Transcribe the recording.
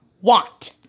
want